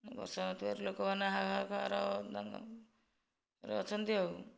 ବର୍ଷା ନଥିବାରୁ ଲୋକମାନେ ହାହାକାର ରେ ଅଛନ୍ତି ଆଉ